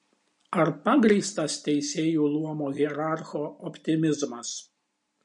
ar pagrįstas teisėjų luomo hierarcho optimizmas